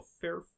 fair